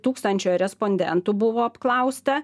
tūkstančio respondentų buvo apklausta